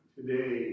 Today